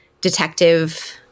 detective